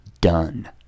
done